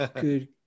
Good